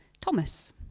Thomas